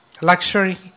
luxury